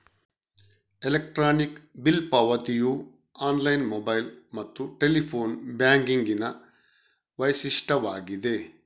electronic bill ಪಾವತಿಯು online, mobile ಮತ್ತು telephone ಬ್ಯಾಂಕಿಂಗಿನ ವೈಶಿಷ್ಟ್ಯವಾಗಿದೆ